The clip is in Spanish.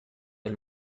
del